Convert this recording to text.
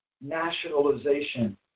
nationalization